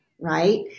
right